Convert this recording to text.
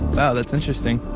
wow, that's interesting.